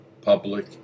public